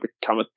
become